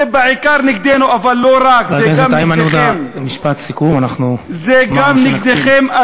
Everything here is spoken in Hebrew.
זה בעיקר נגדנו, אבל לא רק, זה גם נגדכם,